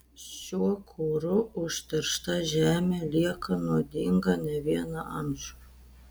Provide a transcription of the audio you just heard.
šiuo kuru užteršta žemė lieka nuodinga ne vieną amžių